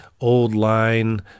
old-line